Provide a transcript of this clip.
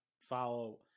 follow